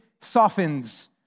softens